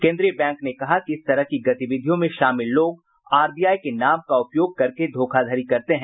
केन्द्रीय बैंक ने कहा है कि इस तरह की गतिविधियों में शामिल लोग आरबीआई के नाम का उपयोग करके धोखाधड़ी करते हैं